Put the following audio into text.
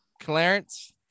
Clarence